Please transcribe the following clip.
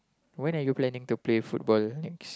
when are you planning to play football next